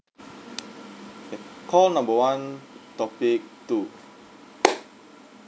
okay call number one topic two